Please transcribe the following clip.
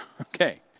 Okay